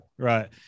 right